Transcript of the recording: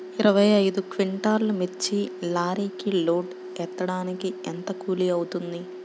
ఇరవై ఐదు క్వింటాల్లు మిర్చి లారీకి లోడ్ ఎత్తడానికి ఎంత కూలి అవుతుంది?